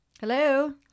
hello